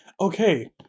Okay